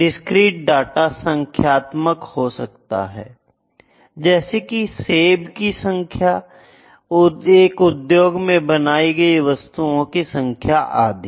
discrete data संख्यात्मक हो सकता है जैसे कि सेबों की संख्या एक उद्योग में बनाई गई वस्तुओं की संख्या आदि